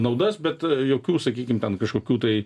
naudas bet jokių sakykim ten kažkokių tai